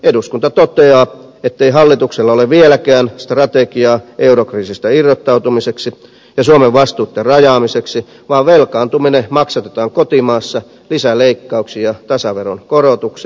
eduskunta toteaa ettei hallituksella ole vieläkään strategiaa eurokriisistä irrottautumiseksi ja suomen vastuiden rajaamiseksi vaan velkaantuminen maksatetaan kotimaassa lisäleikkauksin ja tasaveron korotuksin